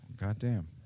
Goddamn